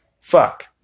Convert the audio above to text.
Fuck